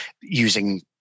using